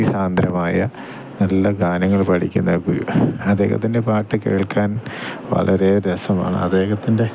ഭക്തി സാന്ദ്രമായ നല്ല ഗാനങ്ങൾ പഠിക്കുന്ന ഗുരു അദ്ദേഹത്തിൻ്റെ പാട്ടു കേൾക്കാൻ വളരെ രസമാണ് അദ്ദേഹത്തിൻ്റെ